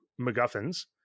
MacGuffins